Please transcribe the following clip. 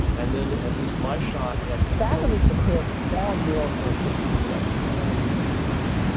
and then at least my shot at the faculty prepare far more for a case discussion than any individual student.